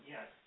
Yes